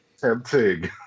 Tempting